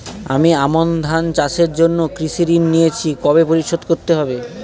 আমি আমন ধান চাষের জন্য কৃষি ঋণ নিয়েছি কবে পরিশোধ করতে হবে?